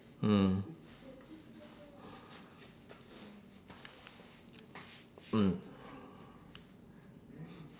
mm